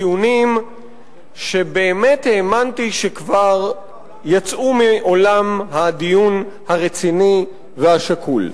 אני שומע טיעונים שבאמת האמנתי שכבר יצאו מעולם הדיון הרציני והשקול.